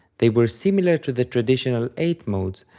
they were similar to the traditional eight modes,